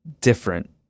different